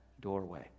doorway